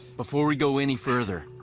before we go any further,